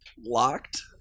Locked